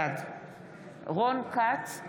בעד רון כץ,